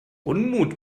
unmut